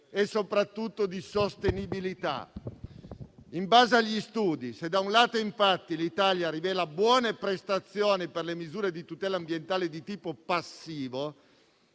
e soprattutto di sostenibilità. In base agli studi, se da un lato infatti l'Italia rivela buone prestazioni per le misure di tutela ambientale di tipo passivo,